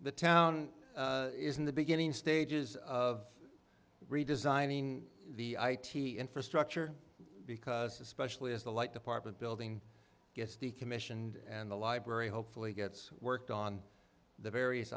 the town is in the beginning stages of redesigning the i t infrastructure because especially as the light apartment building gets decommissioned and the library hopefully gets worked on the various